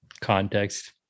context